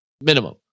Minimum